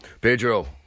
Pedro